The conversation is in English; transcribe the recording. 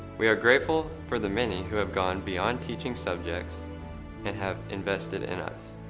we are grateful for the many who have gone beyond teaching subjects and have invested in us.